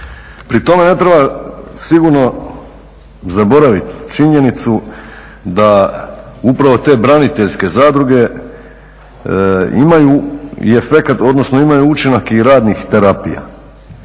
Pri tome ne treba sigurno zaboraviti činjenicu da upravo te braniteljske zadruge imaju i efekat,